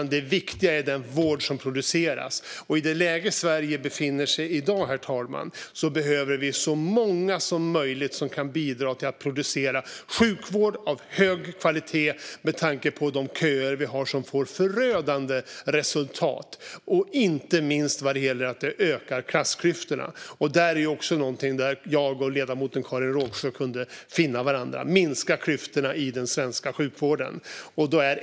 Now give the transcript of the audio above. Det viktiga är den vård som produceras. I det läge Sverige i dag befinner sig i, herr talman, behöver vi så många som möjligt som kan bidra till att producera sjukvård av hög kvalitet med tanke på de köer som finns och som ger förödande resultat, inte minst vad gäller ökade klassklyftor. Där skulle ledamoten Karin Rågsjö och jag finna varandra - att minska klyftorna i den svenska sjukvården.